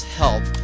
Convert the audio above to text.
help